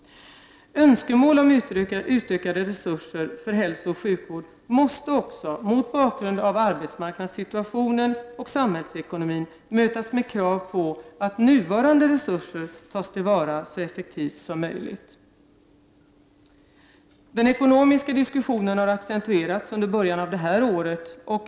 Önskemål om utökade resurser för hälsooch sjukvård måste också, mot bakgrund av arbetsmarknadssituationen och samhällsekonomin, mötas med krav på att nuvarande resurser tas till vara så effektivt som möjligt. Den ekonomiska diskussionen har accentuerats under början av det här året.